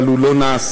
אבל הוא לא נעשה.